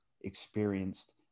experienced